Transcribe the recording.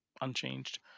unchanged